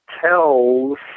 tells